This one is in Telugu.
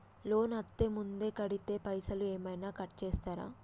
లోన్ అత్తే ముందే కడితే పైసలు ఏమైనా కట్ చేస్తరా?